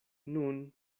nun